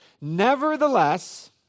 nevertheless